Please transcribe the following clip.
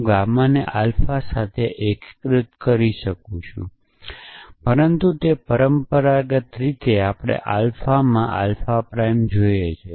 હું ગામાને આલ્ફા સાથે એકીકૃત કરી શકું છું પરંતુ તે પરંપરાગત રીતે આપણે આલ્ફામાં આલ્ફા પ્રાઇમ જોયે છે